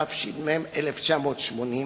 התש"ם 1980: